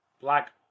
Black